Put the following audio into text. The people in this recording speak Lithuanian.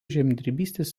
žemdirbystės